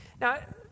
Now